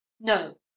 No